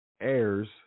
heirs